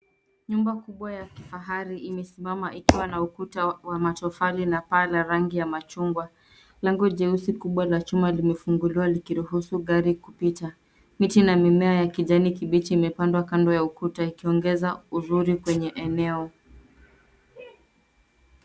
Nyumba kubwa ya kifahari imesimama ikiwa na ukuta wa matofali na paa la rangi ya machungwa. Lango jeusi kubwa la chuma limefunguliwa likiruhusu gari kupita. Miti na mimea ya kijani kibichi imepandwa kando ya ukuta ikiongeza uzuri kwenye eneo.